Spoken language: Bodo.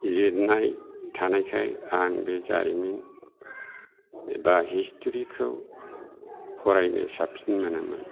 लिरनाय थानायखाय आं बे जारिमिन एबा हिसथ्रिखौ फरायनो साबसिन मोनो मोन